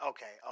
Okay